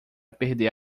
perder